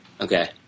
Okay